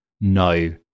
no